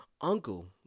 uncle